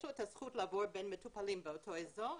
יש לו את הזכות לעבור בין מטופלים באותו אזור,